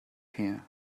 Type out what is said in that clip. here